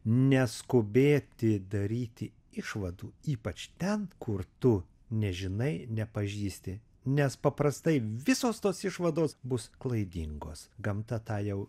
neskubėti daryti išvadų ypač ten kur tu nežinai nepažįsti nes paprastai visos tos išvados bus klaidingos gamta tą jau